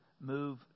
move